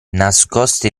nascoste